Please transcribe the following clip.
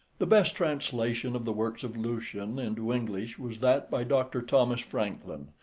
the best translation of the works of lucian into english was that by dr. thomas francklin,